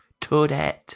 Toadette